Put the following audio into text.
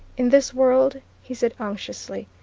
in this world, he said unctuously,